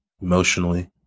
emotionally